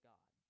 God